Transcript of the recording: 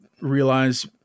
realize